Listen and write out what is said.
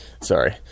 Sorry